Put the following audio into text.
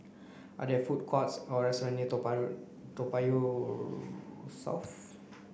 are there food courts or restaurant near Toa Toa Payoh South